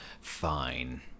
Fine